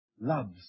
loves